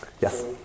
Yes